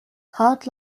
hard